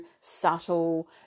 subtle